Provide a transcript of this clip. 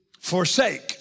forsake